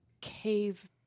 cave